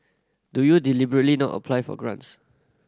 do you deliberately not apply for grants